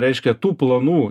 reiškia tų planų